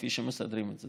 כפי שמסדרים את זה.